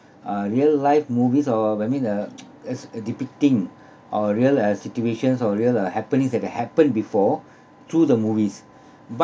a real life movies or wherein the it's a depicting or real uh situations or real uh happenings that had happened before through the movies but